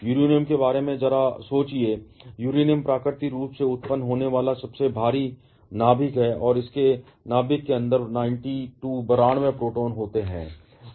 uranium के बारे में जरा सोचिए यूरेनियम प्राकृतिक रूप से उत्पन्न होने वाला सबसे भारी नाभिक है और इसके नाभिक के अंदर 92 प्रोटॉन होते हैं